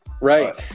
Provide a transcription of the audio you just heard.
Right